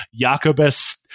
Jakobus